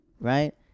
right